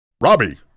Robbie